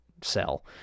sell